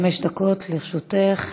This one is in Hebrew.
דקות לרשותך.